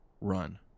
run